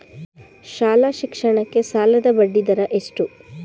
ಶಾಲಾ ಶಿಕ್ಷಣಕ್ಕೆ ಸಾಲದ ಬಡ್ಡಿದರ ಎಷ್ಟು?